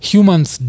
Humans